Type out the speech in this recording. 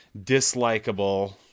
dislikable